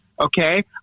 Okay